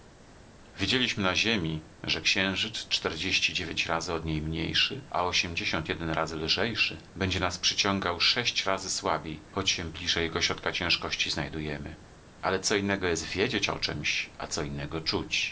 wiedzieliśmy na ziemi że księżyc czterdzieści dziewięć razy od niej mniejszy a ośmdziesiąt jeden razy lżejszy będzie nas przyciągał sześć razy słabiej choć się bliżej jego środka ciężkości znajdujemy ale co innego jest wiedzieć o czemś a co innego czuć